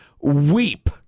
weep